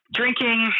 drinking